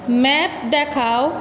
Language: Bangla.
ম্যাপ দেখাও